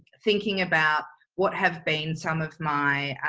thinking about what have been some of my